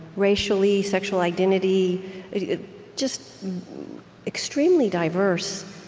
racially sexual identity just extremely diverse.